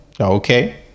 Okay